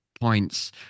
points